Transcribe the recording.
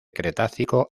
cretácico